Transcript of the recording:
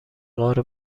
غار